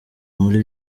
muri